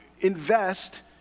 invest